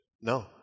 No